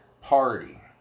party